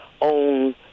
own